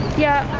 yeah,